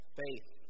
faith